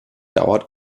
dauert